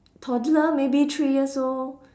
toddler maybe three years old